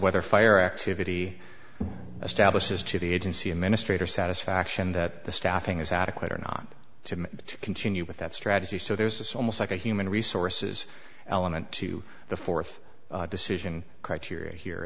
whether fire activity establishes to the agency administrator satisfaction that the staffing is adequate or not to continue with that strategy so there's this almost like a human resources element to the fourth decision criteria here